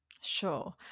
Sure